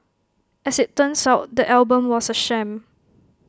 as IT turns out the album was A sham